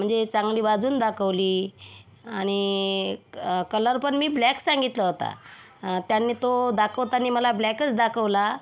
म्हणजे चांगली वाजून दाखवली आणि कलरपण मी ब्लॅक सांगितला होता त्यांनी तो दाखवताना तो मला ब्लॅकच दाखवला